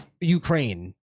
ukraine